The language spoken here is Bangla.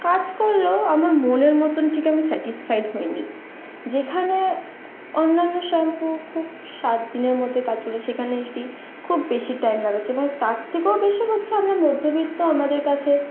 কাজ করলেও আমার মনের মতন ঠিক আমি স্যাটিসফায়েড হইনি যেখানে অন্যান্য শ্যাম্পু খুব সাতদিনের মধ্যে কাজ করে সেখানে এটি খুব বেশি টাইম লাগাচ্ছে এবং তার থেকেও বেশি হচ্ছে আমরা মধ্যবিত্ত আমাদের কাছে